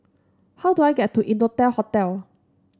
how do I get to Innotel Hotel